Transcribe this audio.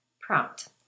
Prompt